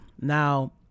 Now